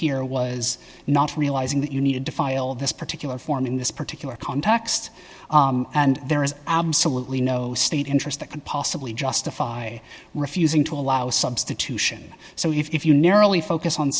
here was not realizing that you needed to file this particular form in this particular context and there is absolutely no state interest that could possibly justify refusing to allow substitution so if you narrowly focused on